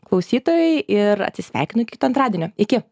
klausytojai ir atsisveikinu iki kito antradienio iki